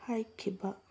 ꯍꯥꯏꯈꯤꯕ